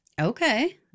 Okay